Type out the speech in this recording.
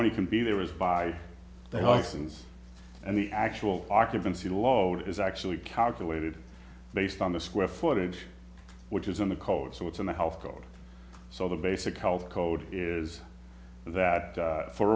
many can be there is by the hawkins and the actual occupancy load is actually calculated based on the square footage which is in the code so it's in the health code so the basic health code is that